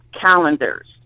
calendars